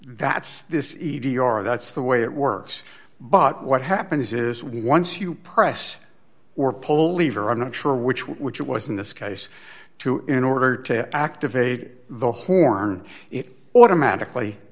that's this your that's the way it works but what happens is once you press or pull lever i'm not sure which which was in this case to in order to activate the horn it automatically